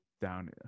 down